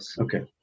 Okay